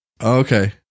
okay